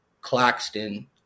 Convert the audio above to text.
Claxton